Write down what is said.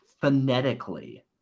phonetically